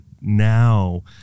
now